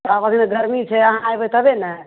आब अभीमे गर्मी छै अहाँ अयबै तबे ने